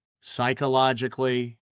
psychologically